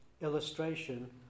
illustration